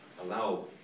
allow